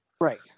Right